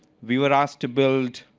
we were asked to build